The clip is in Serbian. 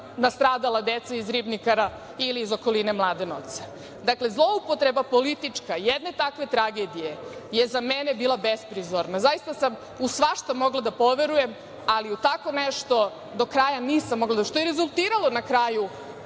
nastradala deca iz „Ribnikara“ ili iz okoline Mladenovca. Dakle, zloupotreba politička jedne takve tragedije je za mene bila besprizorna. Zaista sam u svašta mogla da poverujem, ali u tako nešto do kraja nisam mogla što je rezultiralo na kraju